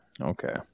Okay